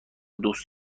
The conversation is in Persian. دوست